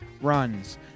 runs